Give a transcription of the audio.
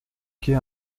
qu’est